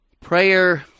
Prayer